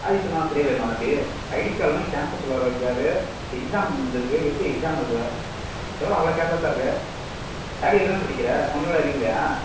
sorry சொன்னால் சரியா போயிவிடுமா தம்பி ஐடி கார்டு இல்லைனா கேம்பஸ் உள்ளாரே எக்ஸாம் வந்துருக்க எப்படி எக்ஸாம் எழுதுவ எவ்வளோ அவ்வளோ கேர்லெஸ்ஸாக இருக்க தேர்டு இயர் தானே படிக்கிற கொஞ்சம் கூட அறிவு இல்லையா